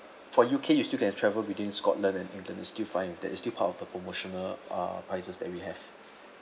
for U_K you still can travel between scotland and england is still fine that is still part of the promotional uh prices that we have